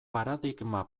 paradigma